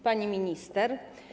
Pani Minister!